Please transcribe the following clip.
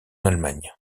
allemagne